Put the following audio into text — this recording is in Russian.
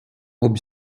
обе